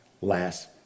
last